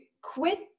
quit